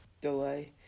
delay